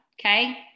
Okay